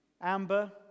Amber